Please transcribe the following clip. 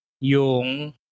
yung